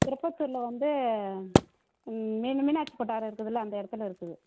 திருப்பத்தூரில் வந்து மீனு மீனாட்சி கொட்டார் இருக்குதுல்ல அந்த இடத்துல இருக்குது